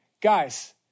guys